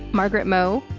margaret moe,